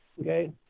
Okay